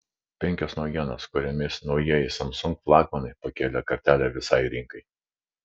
penkios naujienos kuriomis naujieji samsung flagmanai pakėlė kartelę visai rinkai